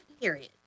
period